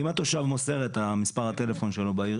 אם התושב מוסר את מספר הטלפון שלו ברשות המקומית.